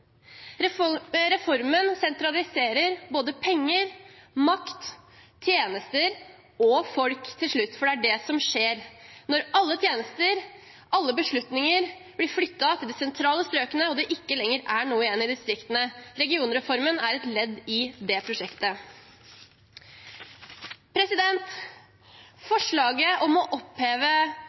Reformen sentraliserer både penger, makt, tjenester og – til slutt – folk, for det er det som skjer når alle tjenester og alle beslutninger blir flyttet til de sentrale strøkene og det ikke lenger er noe igjen i distriktene. Regionreformen er et ledd i det prosjektet. Forslaget om å oppheve